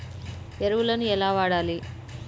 ఎరువులను ఎలా వాడాలి?